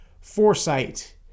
foresight